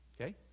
okay